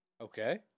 Okay